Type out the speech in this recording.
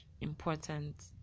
important